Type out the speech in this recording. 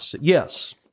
Yes